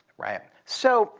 right. so